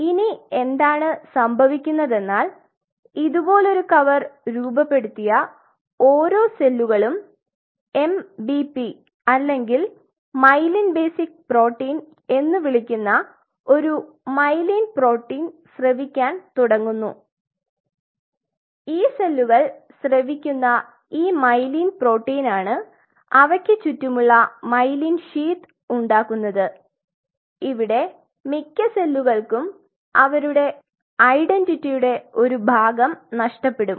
ഇനി എന്താണ് സംഭവിക്കുന്നതെന്നാൽ ഇതുപോലൊരു കവർ രൂപപ്പെടുത്തിയ ഓരോ സെല്ലുകളും MBP അല്ലെങ്കിൽ മൈലിൻ ബേസിക് പ്രോട്ടീൻ എന്ന് വിളിക്കുന്ന ഒരു മൈലിൻ അടിസ്ഥാന പ്രോട്ടീൻ സ്രവിക്കാൻ തുടങ്ങുന്നു ഈ സെല്ലുകൾ സ്രവിക്കുന്ന ഈ മൈലിൻ പ്രോട്ടീനാണ് അവയ്ക്ക് ചുറ്റുമുള്ള മൈലിൻ ഷീത്ത് ഉണ്ടാകുന്നത് ഇവിടെ മിക്ക സെല്ലുകൾക്കും അവരുടെ ഐഡന്റിറ്റിയുടെ ഒരു ഭാഗം നഷ്ടപ്പെടും